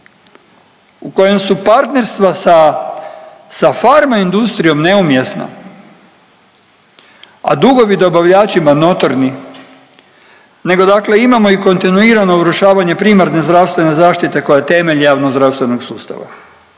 u kojem su partnerstva sa farmaindustrijom neumjesna, a dugovi dobavljačima notorni, nego dakle imamo i kontinuirano urušavanje primarne zdravstvene zaštite koja je temelj javnozdravstvenog sustava,